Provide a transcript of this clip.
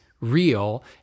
real